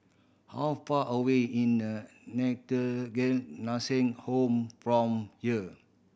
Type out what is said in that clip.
how far away in a Nursing Home from here